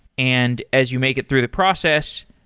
and as you make it through the process,